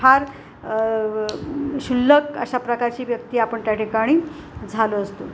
फार क्षुल्लक अशा प्रकारची व्यक्ती आपण त्या ठिकाणी झालो असतो